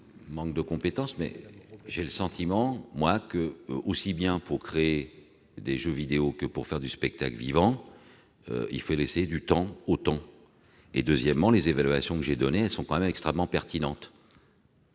manque de compétence, j'ai le sentiment que, aussi bien pour créer des jeux vidéo que pour faire du spectacle vivant, il faut laisser du temps au temps. Par ailleurs, les évaluations que j'ai indiquées sont extrêmement pertinentes.